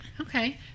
Okay